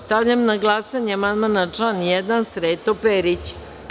Stavljam na glasanje amandman na član 1. Srete Perića.